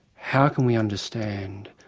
how can we understand